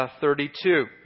thirty-two